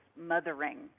mothering